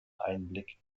einblick